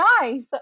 nice